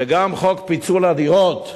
וחוק פיצול הדירות,